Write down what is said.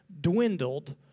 dwindled